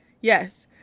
yes